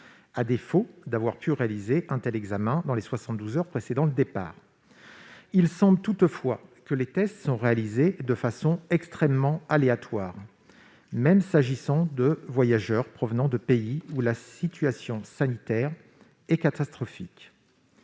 à défaut d'avoir pu réaliser un tel examen biologique dans les 72 heures précédant le départ. Il semble toutefois que les tests sont réalisés de façon extrêmement aléatoire, même s'agissant de voyageurs provenant de pays où la situation sanitaire est catastrophique.